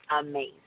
amazing